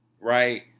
Right